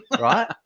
Right